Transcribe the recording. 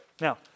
Now